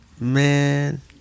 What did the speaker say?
Man